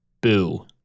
Boo